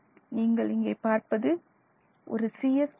நீங்கள் இங்கே பார்ப்பது மற்றும் சிஎஸ் பிணைப்பு